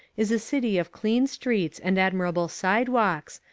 is a city of clean streets and admirable sidewalks,